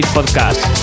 Podcast